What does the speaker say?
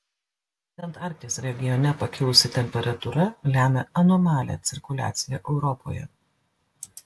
būtent arkties regione pakilusi temperatūra lemia anomalią cirkuliaciją europoje